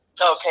Okay